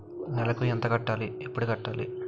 నెలకు ఎంత కట్టాలి? ఎప్పుడు కట్టాలి?